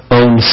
own